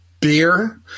beer